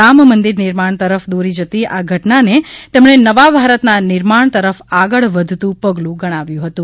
રામમંદિર નિર્માણ તરફ દોરી જતી આ ઘટનાને તેમણે નવા ભારતના નિર્માણ તરફ આગળ વધતું પગલું ગણાવ્યું હતું